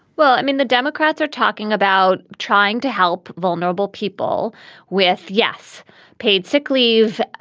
well, i mean, the democrats are talking about trying to help vulnerable people with yaffe paid sick leave,